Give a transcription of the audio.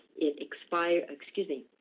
it expired excuse me.